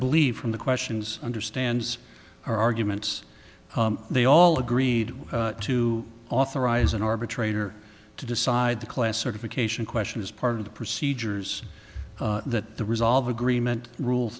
believe from the questions understands our arguments they all agreed to authorize an arbitrator to decide the classification question is part of the procedures that the resolve agreement rule